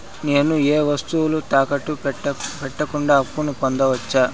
నేను ఏ వస్తువులు తాకట్టు పెట్టకుండా అప్పును పొందవచ్చా?